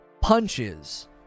punches